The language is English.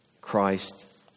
Christ